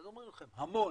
אז אומרים לכם המון,